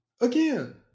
Again